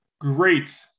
Great